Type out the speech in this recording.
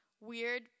weird